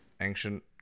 ancient